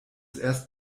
erst